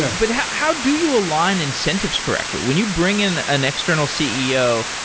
but how how do you align incentives correctly? when you bring in an external ceo,